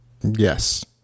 yes